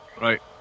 right